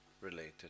related